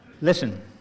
Listen